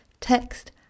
text